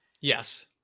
Yes